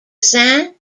saint